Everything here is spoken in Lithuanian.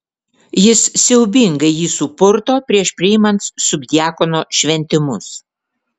jis siaubingai jį supurto prieš priimant subdiakono šventimus